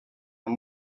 and